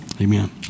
amen